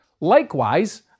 Likewise